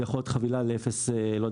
יכולה להיות חבילה ל-012.